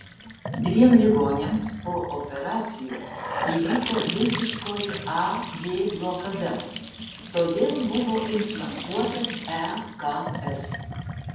dviem ligoniams po operacijos įvyko visiškoji a v blokada todėl buvo implantuotas eks